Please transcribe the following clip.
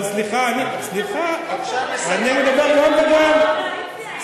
אבל סליחה, סליחה, אני מדבר, גם וגם.